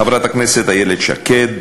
חברת הכנסת איילת שקד,